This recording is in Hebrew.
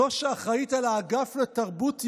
זו שאחראית לאגף לתרבות יהודית".